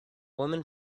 woman